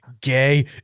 Gay